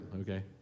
Okay